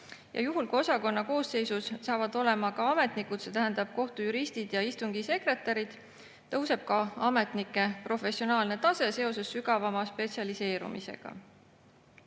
Juhul, kui osakonna koosseisus saavad olema ka ametnikud, see tähendab kohtujuristid ja istungisekretärid, tõuseb ametnike professionaalne tase seoses sügavama spetsialiseerumisega.